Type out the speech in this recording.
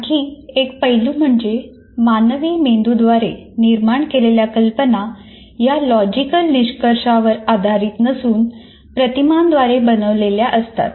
आणखी एक पैलू म्हणजे मानवी मेंदूद्वारे निर्माण केलेल्या कल्पना या लॉजिकल निष्कर्षांवर आधारित नसून प्रतिमांद्वारे बनलेल्या असतात